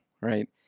right